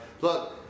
look